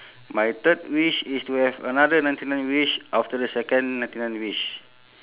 my third wish is to have another ninety nine wish after the second ninety nine wish